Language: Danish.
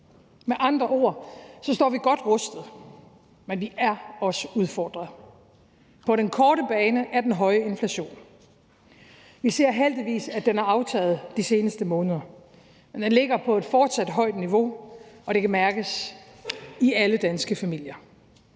Med andre ord står vi godt rustet, men vi er også udfordret på den korte bane af den høje inflation. Vi ser heldigvis, at den er aftaget de seneste måneder, men den ligger på et fortsat højt niveau, og det kan mærkes i alle danske familier.